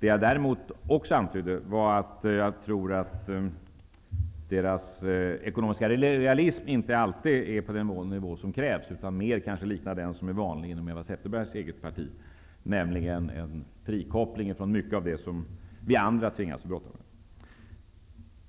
Vad jag däremot också antydde var att jag tror att den ekonomiska realismen inte alltid är på den nivå som krävs utan mer kanske liknar den som är vanlig inom Eva Zetterbergs eget parti, nämligen en frikoppling från allt det som vi andra tvingas att brottas med.